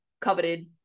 coveted